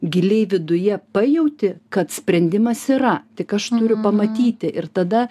giliai viduje pajauti kad sprendimas yra tik aš turiu pamatyti ir tada